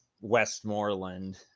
Westmoreland